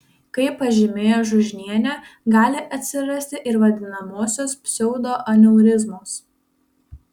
kaip pažymėjo žiužnienė gali atsirasti ir vadinamosios pseudoaneurizmos